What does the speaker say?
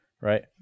right